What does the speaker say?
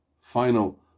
final